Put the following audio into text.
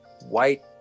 white